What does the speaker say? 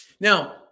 Now